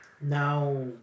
Now